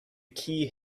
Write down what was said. key